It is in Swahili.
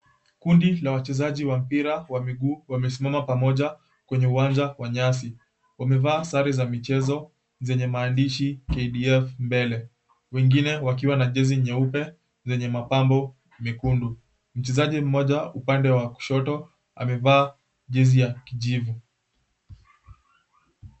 Kundi la wachezaji wa mpira wa miguu wamesimama pamoja kwenye uwanja wa nyasi. Wamevaa sare za michezo zenye maandishi, KDF mbele. Wengine wakiwa na jezi nyeupe zenye mapambo mekundu. Mchezaji mmoja upande wa kushoto amevaa jezi ya kijivu.